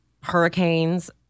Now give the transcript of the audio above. hurricanes